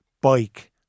bike